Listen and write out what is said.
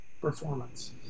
performance